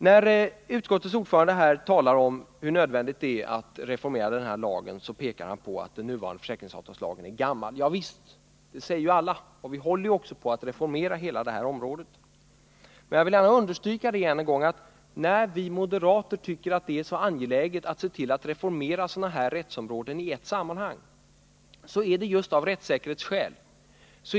När utskottets ordförande här talar om hur nödvändigt det är att reformera lagen framhåller han att den nuvarande försäkringsavtalslagen är gammal. Javisst, det säger alla, men vi håller ju också på att reformera hela det här området. Jag vill gärna än en gång understryka att vi moderater anser det angeläget att reformera sådana rättsområden i ett sammanhang just av rättssäkerhetsskäl.